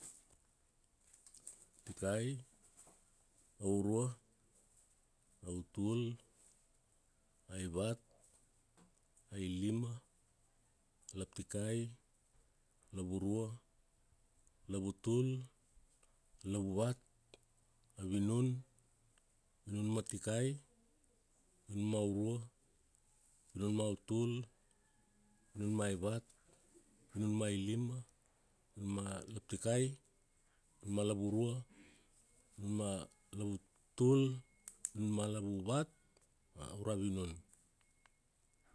Tikai, aurua, autul, aivat, ailima, laptikai, lavurua, lavutul, lavuvat, avinun, avinun ma tikai, avinun ma urua, avinun ma utul, avinun ma ivat, avinun ma ilima, avinun ma laptikai, avinun ma lavurua, avinun ma lavutul, avinun ma lavuvat, auravinun.